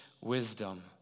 wisdom